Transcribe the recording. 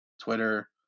Twitter